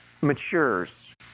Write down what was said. matures